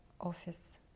office